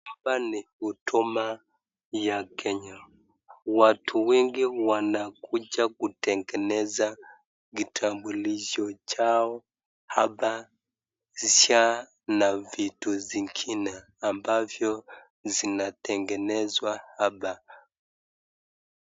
Hapa ni huduma ya kenya watu wengi wanakuja kutengeneza kitambulisho chao hapa cha SHA na vitu zingine ambazo zinatengenezwa hapa.